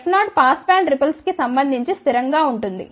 F0 pass band ripples కి సంబంధించి స్థిరం గా ఉంటుంది